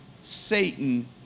Satan